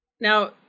Now